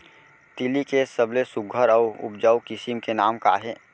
तिलि के सबले सुघ्घर अऊ उपजाऊ किसिम के नाम का हे?